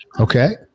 Okay